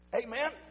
amen